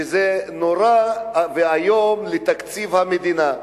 שזה נורא ואיום לתקציב המדינה.